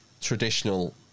traditional